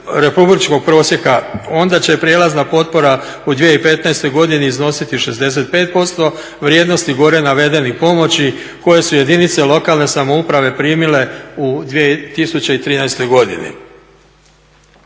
republičkog prosjeka onda će prijelazna potpora u 2015. godini iznositi 65% vrijednosti gore navedenih pomoći koje su jedinice lokalne samouprave primile u 2013. godini.